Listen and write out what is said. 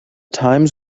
times